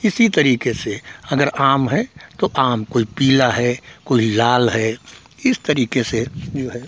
इसी तरीके से अगर आम है तो आम कोई पीला है कोई लाल है इस तरीके से जो है